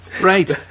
Right